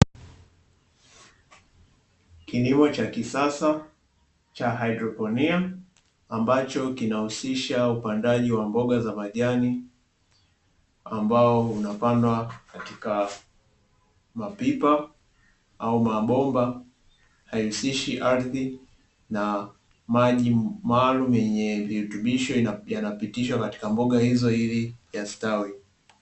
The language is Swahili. Kilimo cha kisasa cha haidroponia ambacho kinahusisha upandaji wa mboga za majani ambao unapandwa katika mapipa au mabomba haihusishi ardhi, na maji maalumu yenye virutubisho yanapitishwa katika mboga hizo ili yastawi.